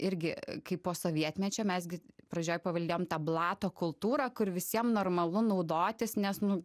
irgi kaip po sovietmečio mes gi pradžioj paveldėjom tą blato kultūrą kur visiem normalu naudotis nes nu